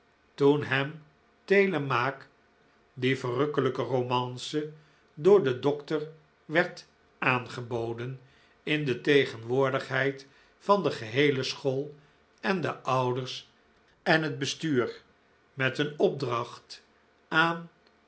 toen hem telemaque die verrukkelijke romance door den dokter werd aangeboden in de tegenwoordigheid van de geheele school en de ouders en het bestuur met een opdracht aan